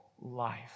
life